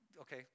okay